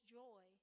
joy